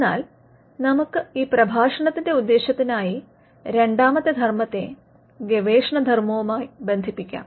എന്നാൽ നമുക്ക് ഈ പ്രഭാഷണത്തിന്റെ ഉദ്ദേശ്യത്തിനായി രണ്ടാമത്തെ ധർമ്മത്തെ ഗവേഷണ ധർമ്മവുമായി ബന്ധിപ്പിക്കാം